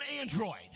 Android